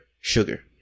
sugar